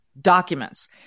documents